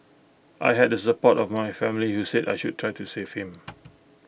I had support of my family you said I should try to save him